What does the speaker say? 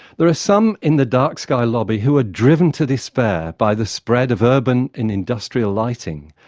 there are some in the dark sky lobby who are driven to despair by the spread of urban and industrial lighting,